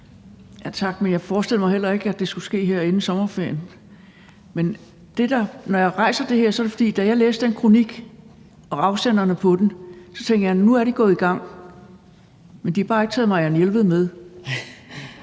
Tak. Men jeg forestillede mig heller ikke, at det skulle ske her inden sommerferien. Når jeg rejser det her, er det, fordi jeg tænkte, da jeg læste den kronik og så afsenderne på den: Nu er de gået i gang, men de har bare ikke taget Marianne Jelved med.